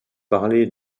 parlé